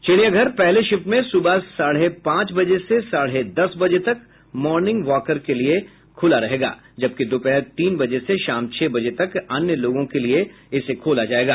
चिड़ियाघर पहले शिफ्ट में सुबह साढ़े पांच बजे से साढ़े दस बजे तक मार्निंग वॉकर के लिए तक खुला रहेगा जबकि दोपहर तीन बजे से शाम छह बजे तक अन्य लोगों के लिए खूला रहेगा